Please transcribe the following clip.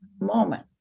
moment